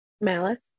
malice